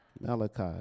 malachi